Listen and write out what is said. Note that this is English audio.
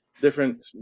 Different